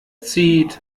zieht